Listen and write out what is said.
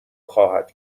خواهد